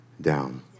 down